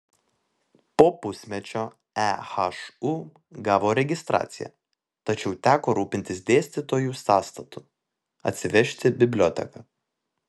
po pusmečio ehu gavo registraciją tačiau teko rūpintis dėstytojų sąstatu atsivežti biblioteką